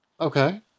Okay